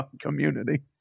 community